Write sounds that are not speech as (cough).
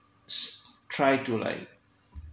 (noise) try to like